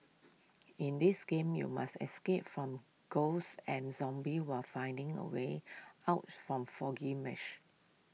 in this game you must escape from ghosts and zombies while finding A way out from foggy mash